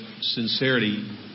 sincerity